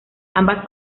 ambas